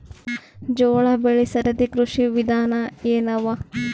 ಜೋಳ ಬೆಳಿ ಸರದಿ ಕೃಷಿ ವಿಧಾನ ಎನವ?